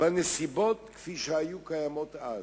בנסיבות כפי שהיו קיימות אז.